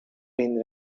been